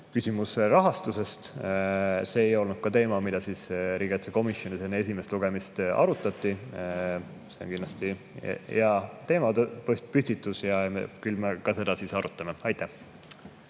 Küsimus rahastusest – see ei olnud ka teema, mida riigikaitsekomisjonis enne esimest lugemist oleks arutatud. See on kindlasti hea teemapüstitus ja küll me ka seda arutame. Aitäh!